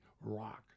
rock